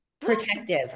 Protective